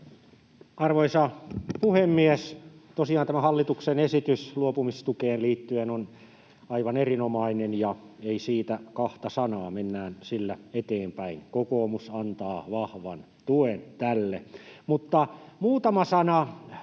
Arvoisa puhemies! Tosiaan tämä hallituksen esitys luopumistukeen liittyen on aivan erinomainen, ja ei siitä kahta sanaa. Mennään sillä eteenpäin. Kokoomus antaa vahvan tuen tälle. Mutta muutama sana